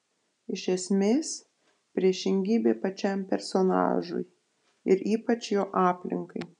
iš esmės priešingybė pačiam personažui ir ypač jo aplinkai